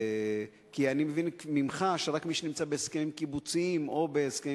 כי אני מבין ממך שרק מי שנמצא בהסכמים קיבוציים או בהסכמים,